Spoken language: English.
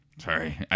Sorry